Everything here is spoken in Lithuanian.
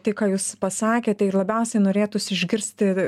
tai ką jūs pasakėte ir labiausiai norėtųsi išgirsti